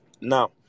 Now